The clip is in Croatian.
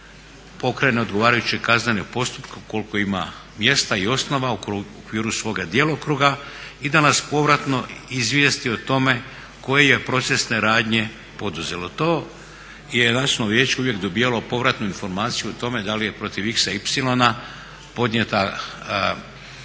pokrene odgovarajuće kaznene postupke ukoliko ima mjesta i osnova u okviru svoga djelokruga i da nas povratno izvijesti o tome koje je procesne radnje poduzelo. To je Nacionalno vijeće uvijek dobivalo povratnu informaciju o tome da li je protiv x,y podnijeta